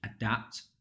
adapt